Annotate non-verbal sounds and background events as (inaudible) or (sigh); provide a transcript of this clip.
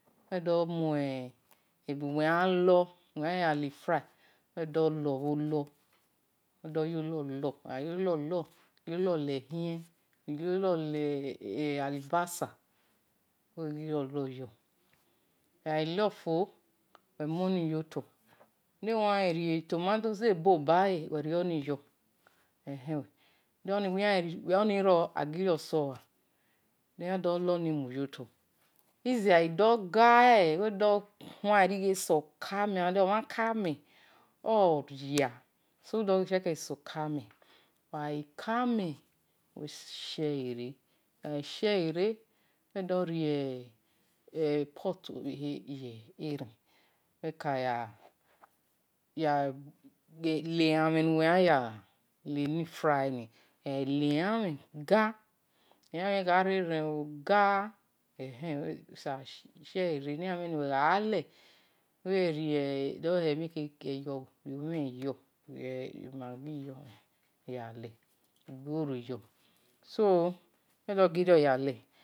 We-do-mue ebuwe yan lor, ebuwe yan ya li-fray we-do yolor, lor uyolor le-ehien, uyo-lor li-olubasa uwegha-ghi lofo uwemuoni-yoto de-uwe oyan rie etomatoes ebo yo uwi ghi re-bale de-oni-ro agi-rior muyotor ize adoga wido-khuan-ni re ghe so kamen ramude omhan kamen oria so wido check-ele so kamen ogha kamem uwi-ghi shie-re wi-do re potu obhe-he yeren we-kaya (hesitation) le-ela mhen nu-uwe-khian ya-le-eni-fry ni uwi-gha-gi le-elan mhen-ni uwe gha-gha le (unintelligible) uwi-hee umhen yo ugbore so wi-do gi-rio yaze.